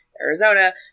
Arizona